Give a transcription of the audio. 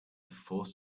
forced